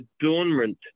adornment